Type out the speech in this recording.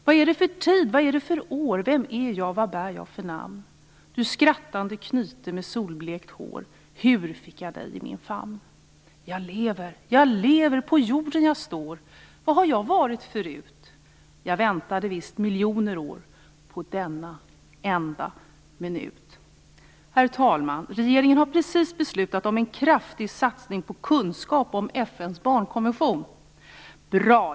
Vad är det för tid, vad är det för år? Vem är jag, vad bär jag för namn? Du skrattande knyte med solblekt hår, hur fick jag dig i min famn? Jag lever, jag lever, på jorden jag står. Var har jag varit förut? Jag väntade visst miljoner år, på denna enda minut. Herr talman! Regeringen har precis beslutat om en kraftig satsning på kunskap om FN:s barnkonvention. Bra!